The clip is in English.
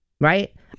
Right